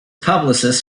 publicist